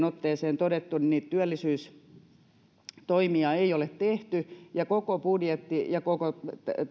otteeseen todettu niin työllisyystoimia ei ole tehty ja koko budjetti ja koko